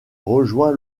rejoint